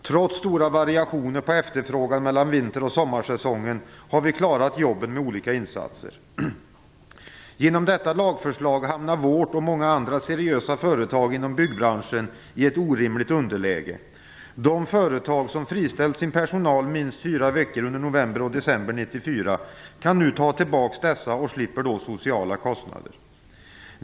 Trots stora variationer på efterfrågan mellan vinter och sommarsäsongen har vi klarat jobben med olika insatser. Genom detta lagförslag hamnar vårt och många andra seriösa företag inom byggbranschen i ett orimligt underläge. De företag som friställt sin personal minst fyra veckor under november och december 1994 kan nu ta tillbaks dessa och slipper då sociala kostnader.